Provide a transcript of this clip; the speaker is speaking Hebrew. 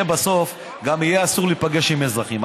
הרי בסוף גם יהיה אסור להיפגש עם אזרחים.